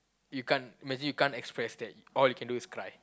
you can't imagine you can't express that all you can do is cry